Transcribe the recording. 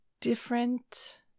different